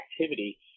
activity